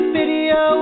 video